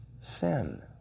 sin